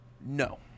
No